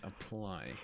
apply